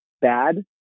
bad